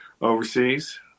overseas